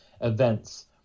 events